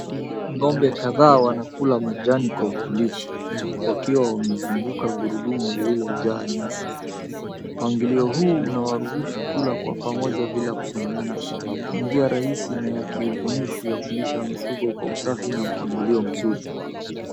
Ngombe kadhaa wanakula majani kwa utulivu, wakiwa wamezunguka gurudumu lililo jaa nyasi. Mpangilio huu unawaruhusu kula kwa pamoja bila kusongana, njia rahisi na kiubunifu ya kulisha mifugo kwa usafi na mpangilio mzuri.